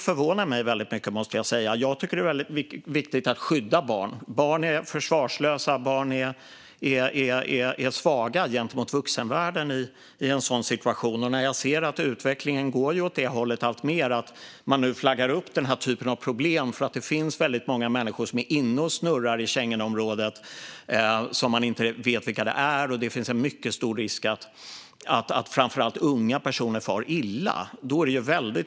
Jag tycker att det är väldigt viktigt att skydda barn. Barn är försvarslösa. Barn är svaga gentemot vuxenvärlden i en sådan situation. Utvecklingen går alltmer åt det hållet att man flaggar upp för den här typen av problem; det finns väldigt många människor som är inne och snurrar i Schengenområdet utan att man vet vilka det är, och det finns en mycket stor risk för att framför allt unga personer far illa.